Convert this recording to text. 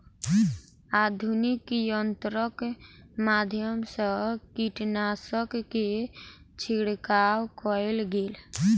आधुनिक यंत्रक माध्यम सँ कीटनाशक के छिड़काव कएल गेल